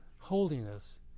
holiness